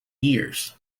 years